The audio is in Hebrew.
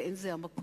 ואין זה המקום.